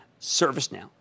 ServiceNow